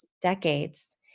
decades